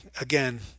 again